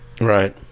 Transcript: Right